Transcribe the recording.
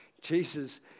Jesus